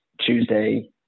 Tuesday